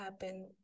happen